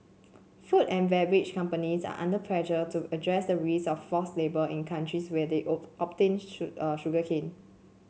food and beverage companies are under pressure to address the risk of forced labour in countries where they obtain sugarcane